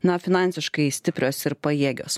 na finansiškai stiprios ir pajėgios